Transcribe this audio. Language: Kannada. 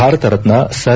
ಭಾರತರತ್ನ ಸರ್